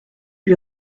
lui